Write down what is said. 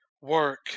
work